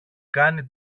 κάνει